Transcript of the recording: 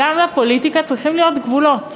גם לפוליטיקה צריכים להיות גבולות.